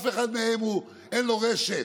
לאף אחד מהם אין רשת.